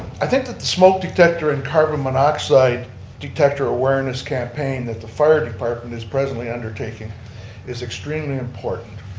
i think that the smoke detector and carbon monoxide detector awareness campaign that the fire department is presently undertaking is extremely important.